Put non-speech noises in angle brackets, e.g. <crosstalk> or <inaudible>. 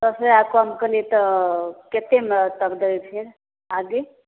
दस हजार कम केलिए तऽ कतेक <unintelligible> दै छै आगे